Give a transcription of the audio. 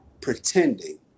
pretending